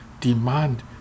Demand